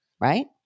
Right